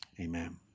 Amen